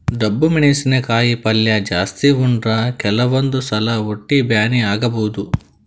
ಡಬ್ಬು ಮೆಣಸಿನಕಾಯಿ ಪಲ್ಯ ಜಾಸ್ತಿ ಉಂಡ್ರ ಕೆಲವಂದ್ ಸಲಾ ಹೊಟ್ಟಿ ಬ್ಯಾನಿ ಆಗಬಹುದ್